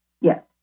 yes